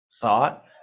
thought